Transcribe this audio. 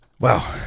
wow